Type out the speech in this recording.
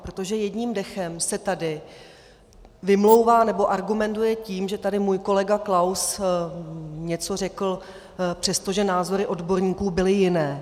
Protože jedním dechem se tady vymlouvá, nebo argumentuje tím, že tady můj kolega Klaus něco řekl, přestože názory odborníků byly jiné.